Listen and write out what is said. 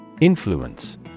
Influence